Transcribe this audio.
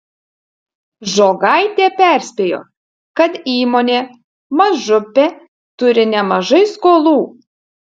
žogaitė perspėjo kad įmonė mažupė turi nemažai skolų